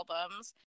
albums